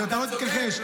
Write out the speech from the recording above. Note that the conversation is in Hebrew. לא היה ככה.